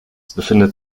befindet